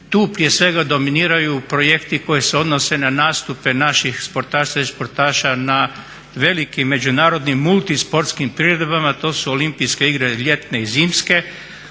Tu prije svega dominiraju projekti koji se odnose na nastupe naših sportaša i sportašica na velikim međunarodnim, multisportskim priredbama, a to su olimpijske igre ljetne i zimske.